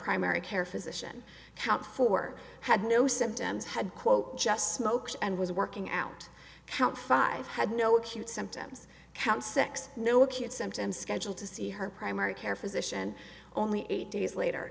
primary care physician count for had no symptoms had quote just smoked and was working out count five had no acute symptoms count six no kids symptom scheduled to see her primary care physician only eight days later